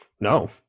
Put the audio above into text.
no